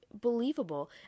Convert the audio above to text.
believable